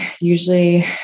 Usually